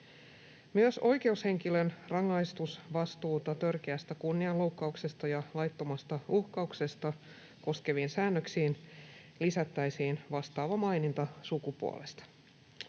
Myös oikeushenkilön rangaistusvastuuta törkeästä kunnianloukkauksesta ja laittomasta uhkauksesta koskeviin säännöksiin lisättäisiin vastaava maininta sukupuolesta.